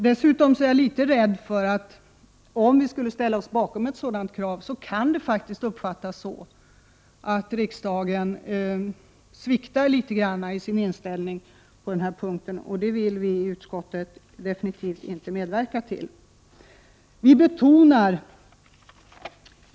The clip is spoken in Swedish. Dessutom är jag faktiskt litet rädd för att det kan uppfattas som att riksdagen sviktar i sin inställning på den här punkten, om vi skulle ställa oss bakom ett sådant krav, och det vill vi i utskottet absolut inte medverka till.